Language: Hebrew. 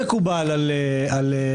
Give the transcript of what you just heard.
אני נמצא בקבוצות של אנשי צוות אוויר,